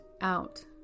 out